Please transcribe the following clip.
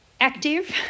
active